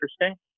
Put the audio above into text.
interesting